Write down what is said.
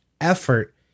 effort